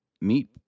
meat